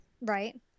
Right